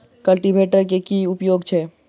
Cultivator केँ की उपयोग छैक?